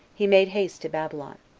he made haste to babylon.